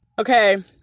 Okay